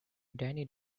danny